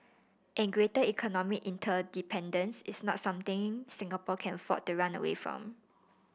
and greater economic interdependence is not something Singapore can afford to run away from